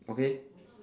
okay